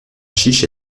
chiche